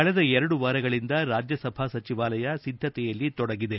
ಕಳೆದ ಎರಡು ವಾರಗಳಿಂದ ರಾಜ್ಯಸಭಾ ಸಚಿವಾಲಯ ಸಿದ್ದತೆಯಲ್ಲಿ ತೊಡಗಿದೆ